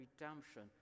redemption